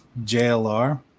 JLR